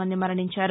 మంది మరణించారు